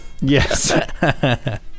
Yes